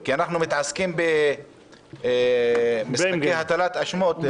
כי אנחנו מתעסקים במשחקי הטלת אשמות.